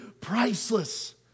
priceless